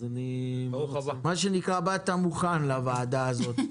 מה שנקרא: באת מוכן לוועדה הזאת.